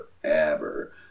forever